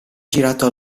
girato